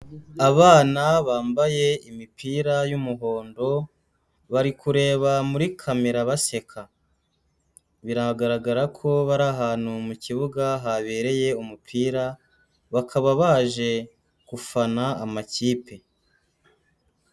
Abana bambaye imipira y'umuhondo bari kureba muri kamera baseka, biragaragara ko bari ahantu mu kibuga habereye umupira, bakaba baje gufana amakipe.